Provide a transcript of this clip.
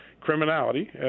criminality